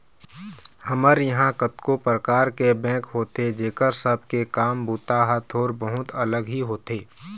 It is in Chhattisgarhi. हमर इहाँ कतको परकार के बेंक होथे जेखर सब के काम बूता ह थोर बहुत अलग ही होथे